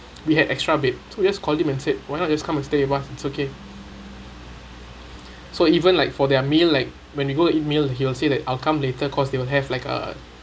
we had extra bed so we just call him and said why not just come and stay with us it's okay so even like for their meal like when we go to eat meal he will say that I'll come later because they will have like a